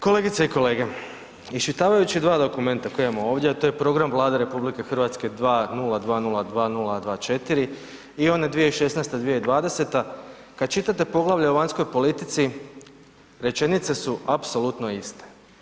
Kolegice i kolege, iščitavajući dva dokumenta koje imamo ovdje, a to je program Vlade RH 2020-2024 i onaj 2016-2020 kad čitate poglavlja o vanjskoj politici rečenice su apsolutno iste.